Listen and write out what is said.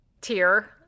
tier